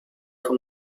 from